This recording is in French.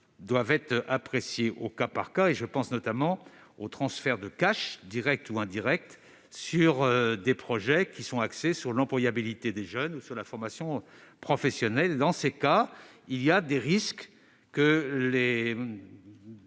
doivent être appréciées au cas par cas. Je pense notamment aux transferts de cash, directs ou indirects, dans le cadre de projets axés sur l'employabilité des jeunes ou sur la formation professionnelle. Dans ces cas, il existe des risques de